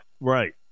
Right